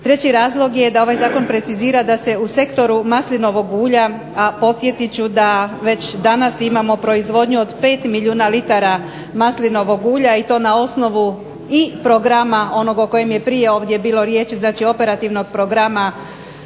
Treći razlog je da ovaj zakon precizira da se u sektoru maslinovog ulja, a podsjetit ću da već danas imamo proizvodnju od 5 milijuna litara maslinovog ulja i to na osnovu i programa onog o kojem je prije ovdje bilo riječi, znači operativnog programa